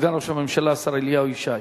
סגן ראש הממשלה, השר אליהו ישי.